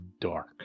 dark